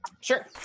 Sure